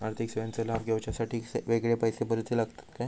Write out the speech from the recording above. आर्थिक सेवेंचो लाभ घेवच्यासाठी वेगळे पैसे भरुचे लागतत काय?